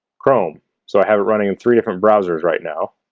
chrome so i have it running in three different browsers right now